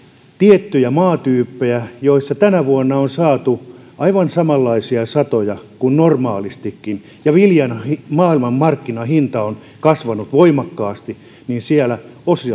tiettyjä maatyyppejä joissa tänä vuonna on saatu aivan samanlaisia satoja kuin normaalistikin ja viljan maailmanmarkkinahinta on kasvanut voimakkaasti joten siellä